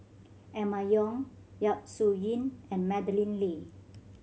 Emma Yong Yap Su Yin and Madeleine Lee